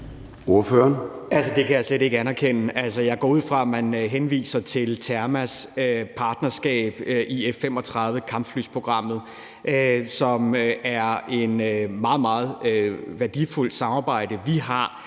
Det kan jeg slet ikke anerkende. Altså, jeg går ud fra, at man henviser til Termas partnerskab i F 35-kampflyprogrammet, som er et meget, meget værdifuldt samarbejde, vi har